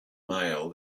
male